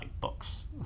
books